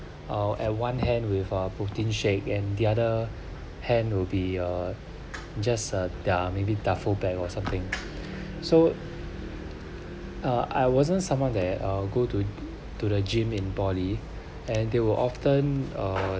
oh at one hand with a protein shake and the other hand will be uh just uh their maybe duffel bag or something so uh I wasn't someone that uh go to to the gym in poly and they will often uh